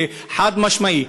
וחד-משמעית: